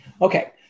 Okay